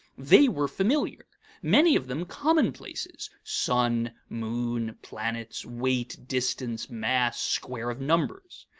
they were familiar many of them commonplaces sun, moon, planets, weight, distance, mass, square of numbers.